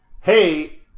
hey